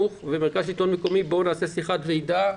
בואו נעשה שיחת ועידה.